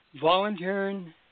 volunteering